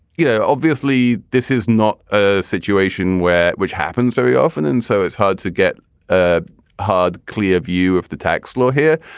yeah obviously this is not a situation where which happens very often. and so it's hard to get a hard, clear view of the tax law here.